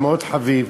אתה מאוד חביב,